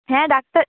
হ্যাঁ ডাক্তার